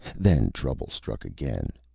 then trouble struck again.